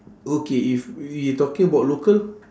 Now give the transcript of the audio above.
okay if you talking about local